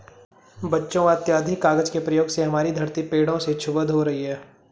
बच्चों अत्याधिक कागज के प्रयोग से हमारी धरती पेड़ों से क्षुब्ध हो रही है